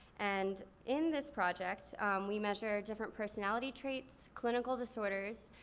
and in this project we measured different personality traits, clinical disorders,